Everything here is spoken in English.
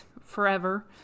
forever